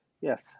Yes